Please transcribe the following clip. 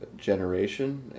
generation